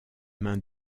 mains